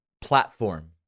platform